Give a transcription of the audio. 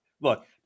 look